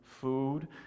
food